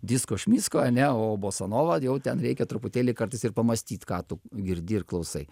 disko šmicko ane o bosanovą jau ten reikia truputėlį kartais ir pamąstyt ką tu girdi ir klausai